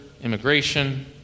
immigration